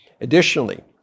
Additionally